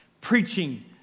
preaching